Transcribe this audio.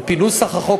על-פי נוסח החוק,